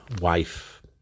wife